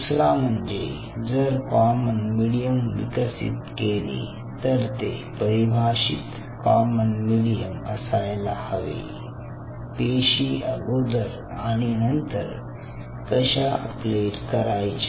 दुसरा म्हणजे जर कॉमन मीडियम विकसित केले तर ते परिभाषित कॉमन मीडियम असायला हवे पेशी अगोदर आणि नंतर कशा प्लेट करायच्या